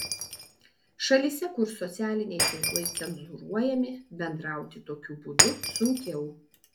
šalyse kur socialiniai tinklai cenzūruojami bendrauti tokiu būdu sunkiau